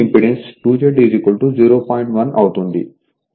1అవుతుంది